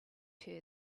her